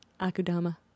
Akudama